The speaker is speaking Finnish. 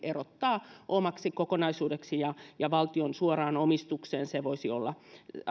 erottaa omaksi kokonaisuudeksi ja ja valtion suoraan omistukseen se voisi olla